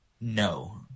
No